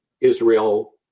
Israel